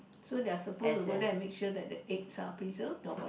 so they're suppose to go there and make sure that the eggs are preserve or what